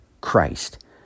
Christ